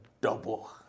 double